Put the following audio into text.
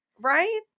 Right